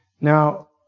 Now